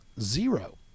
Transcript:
zero